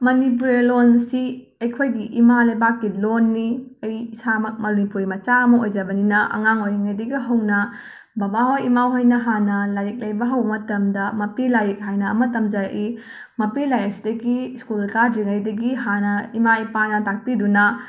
ꯃꯅꯤꯄꯨꯔꯤ ꯂꯣꯟꯁꯤ ꯑꯩꯈꯣꯏꯒꯤ ꯏꯃꯥ ꯂꯩꯕꯥꯛꯀꯤ ꯂꯣꯟꯅꯤ ꯑꯩ ꯏꯁꯥꯃꯛ ꯃꯅꯤꯄꯨꯔꯤ ꯃꯆꯥ ꯑꯃ ꯑꯣꯏꯖꯕꯅꯤꯅ ꯑꯉꯥꯡ ꯑꯣꯏꯔꯤꯉꯩꯗꯒꯤ ꯍꯧꯅ ꯕꯥꯕꯥꯍꯣꯏ ꯏꯃꯥꯍꯣꯏꯅ ꯍꯥꯟꯅ ꯂꯥꯏꯔꯤꯛ ꯂꯩꯕ ꯍꯧꯕ ꯃꯇꯝꯗ ꯃꯄꯤ ꯂꯥꯏꯔꯤꯛ ꯍꯥꯏꯅ ꯑꯃ ꯇꯝꯖꯔꯛꯏ ꯃꯄꯤ ꯂꯥꯏꯔꯤꯛ ꯑꯁꯤꯗꯒꯤ ꯏꯁꯀꯨꯜ ꯀꯥꯗ꯭ꯔꯤꯉꯩꯗꯒꯤ ꯍꯥꯟꯅ ꯏꯃꯥ ꯏꯄꯥꯅ ꯇꯥꯛꯄꯤꯗꯨꯅ